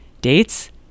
Dates